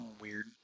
weird